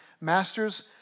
Masters